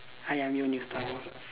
I_M_U new story